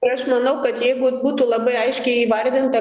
ir aš manau kad jeigu būtų labai aiškiai įvardinta